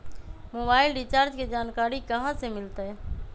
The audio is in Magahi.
मोबाइल रिचार्ज के जानकारी कहा से मिलतै?